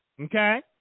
Okay